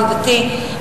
ידידתי,